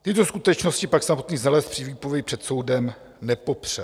Tyto skutečnosti pak samotný znalec při výpovědi před soudem nepopřel.